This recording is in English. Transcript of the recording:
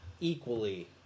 equally